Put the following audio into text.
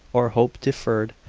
or hope deferred,